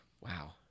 Wow